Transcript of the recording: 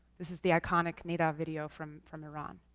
this is the iconic neda video from from iran.